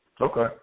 Okay